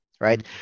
right